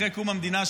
אחרי קום המדינה,